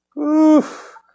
Oof